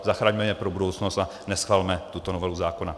Zachraňme je pro budoucnost a neschvalme tuto novelu zákona!